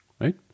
right